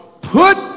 put